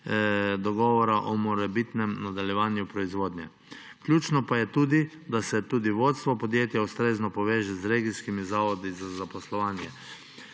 dogovor o morebitnem nadaljevanju proizvodnje. Ključno pa je tudi, da se tudi vodstvo podjetja ustrezno poveže z regijskimi zavodi za zaposlovanje.